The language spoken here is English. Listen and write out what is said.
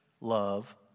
love